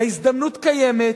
ההזדמנות קיימת,